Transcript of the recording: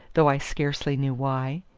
though i scarcely knew why.